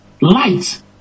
Light